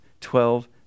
twelve